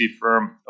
firm